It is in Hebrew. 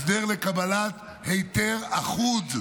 הסדר לקבלת היתר אחוד,